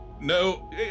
No